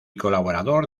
colaborador